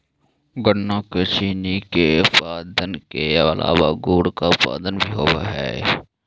गन्ना से चीनी के उत्पादन के अलावा गुड़ का उत्पादन भी होवअ हई